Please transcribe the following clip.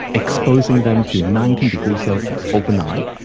exposing them to nineteen degrees celsius overnight,